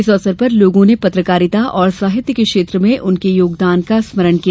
इस अवसर पर लोगों ने पत्रकारिता और साहित्य के क्षेत्र में उनके योगदान का स्मरण किया